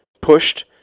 pushed